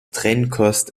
trennkost